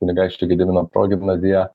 kunigaikščio gedimino progimnaziją